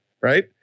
right